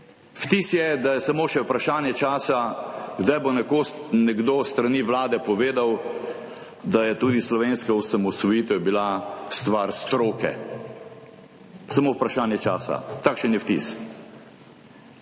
Vtis je, da je samo še vprašanje časa, kdaj bo nekoč nekdo s strani Vlade povedal, da je tudi slovenska osamosvojitev bila stvar stroke. Samo vprašanje časa, takšen je vtis.